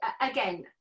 again